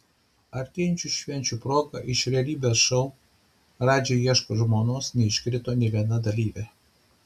artėjančių švenčių proga iš realybės šou radži ieško žmonos neiškrito nė viena dalyvė